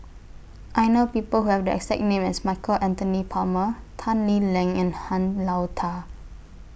I know People Who Have The exact name as Michael Anthony Palmer Tan Lee Leng and Han Lao DA